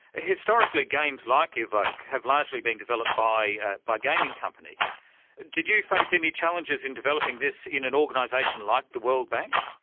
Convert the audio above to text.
and historically, games like evoke have largely been developed by by gaming companies did you face any challenges in developing this in an organisation like the world bank?